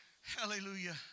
hallelujah